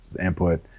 input